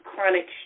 chronic